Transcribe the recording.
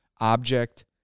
object